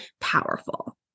powerful